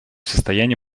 состоянии